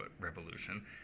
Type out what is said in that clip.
Revolution